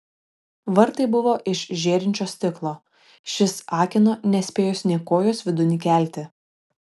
vartai buvo iš žėrinčio stiklo šis akino nespėjus nė kojos vidun įkelti